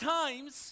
times